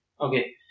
Okay